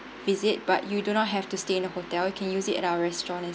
visit but you do not have to stay in the hotel you can use it at our restaurant